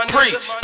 Preach